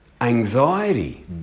anxiety